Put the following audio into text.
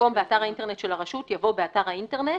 במקום ב"אתר האינטרנט של הרשות" יבוא "באתר האינטרנט",